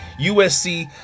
USC